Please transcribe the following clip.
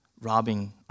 robbing